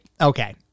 okay